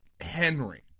Henry